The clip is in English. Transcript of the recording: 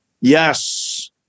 Yes